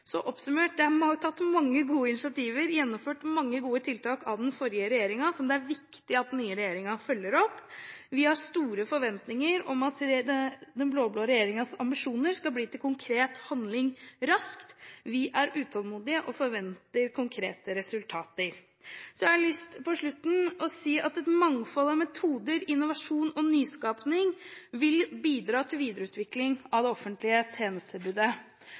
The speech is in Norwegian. Så oppsummert har den forrige regjeringen tatt mange gode initiativer og gjennomført mange gode tiltak som det er viktig at den nye regjeringen følger opp. Vi har store forventinger om at den blå-blå regjeringens ambisjoner skal bli til konkret handling raskt. Vi er utålmodige og forventer konkrete resultater. Så har jeg til slutt lyst til å si at et mangfold av metoder, innovasjon og nyskapning vil kunne bidra til videreutvikling av det offentlige tjenestetilbudet.